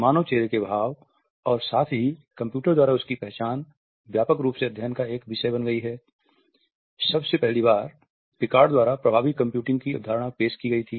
मानव चेहरे के भाव और साथ ही कंप्यूटर द्वारा उनकी पहचान व्यापक रूप से अध्ययन का एक विषय बन गई है जबसे पहली बार पिकार्ड द्वारा प्रभावी कंप्यूटिंग की अवधारणा पेश की गई थी